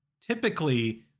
typically